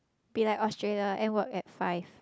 be like Australia end work at five